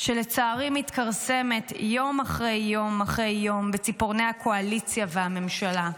שלצערי מתכרסמת יום אחרי יום אחרי יום בציפורני הקואליציה והממשלה.